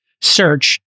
search